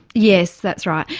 yes, that's right.